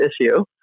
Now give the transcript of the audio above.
issue